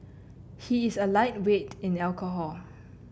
he is a lightweight in alcohol